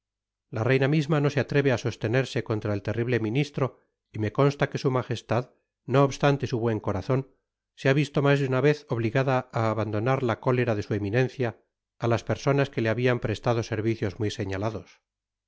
la reina misma no se atreve á sostenerse contra el terrible ministro y me consta que su majestad no obstante su buen corazon se ha visto mas de una vez obligada á handonar á la cólera de su eminencia á las personas que le habian prestado servicios muy señalados